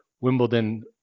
Wimbledon